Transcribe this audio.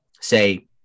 say –